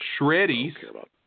Shreddies